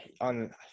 on